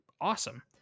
awesome